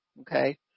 okay